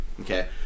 Okay